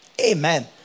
Amen